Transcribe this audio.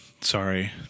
sorry